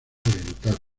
orientales